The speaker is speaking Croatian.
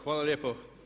Hvala lijepo.